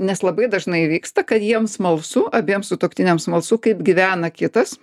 nes labai dažnai įvyksta kad jiem smalsu abiem sutuoktiniam smalsu kaip gyvena kitas